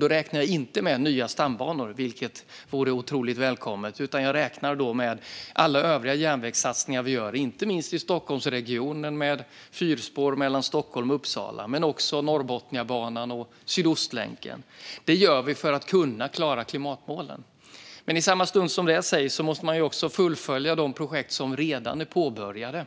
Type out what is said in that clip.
Då räknar jag inte med nya stambanor, vilket vore otroligt välkommet, utan jag räknar med alla övriga järnvägssatsningar vi gör inte minst i Stockholmsregionen med fyrspår mellan Stockholm och Uppsala men också Norrbotniabanan och Sydostlänken. Det gör vi för att kunna klara klimatmålen. Men i samma stund som det sägs måste man också fullfölja de projekt som redan är påbörjade.